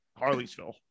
harley'sville